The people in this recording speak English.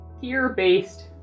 peer-based